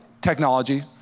technology